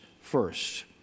first